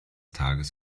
tages